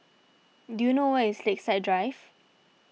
do you know where is Lakeside Drive